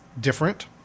different